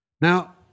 Now